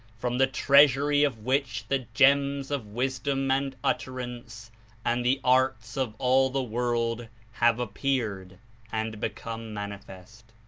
from the treasury of which the gems of wisdom and utterance and the arts of all the world have appeared and become manifest.